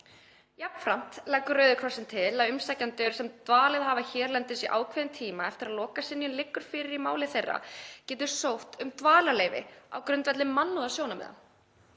Jafnframt leggur Rauði krossinn til að umsækjendur sem dvalið hafa hérlendis í ákveðinn tíma eftir að lokasynjun liggur fyrir í máli þeirra geti sótt um dvalarleyfi á grundvelli mannúðarsjónarmiða.